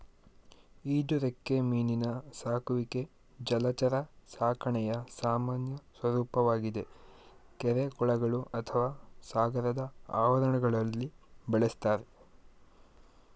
ಈಜುರೆಕ್ಕೆ ಮೀನಿನ ಸಾಕುವಿಕೆ ಜಲಚರ ಸಾಕಣೆಯ ಸಾಮಾನ್ಯ ಸ್ವರೂಪವಾಗಿದೆ ಕೆರೆ ಕೊಳಗಳು ಅಥವಾ ಸಾಗರದ ಆವರಣಗಳಲ್ಲಿ ಬೆಳೆಸ್ತಾರೆ